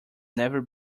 never